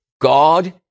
God